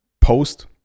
Post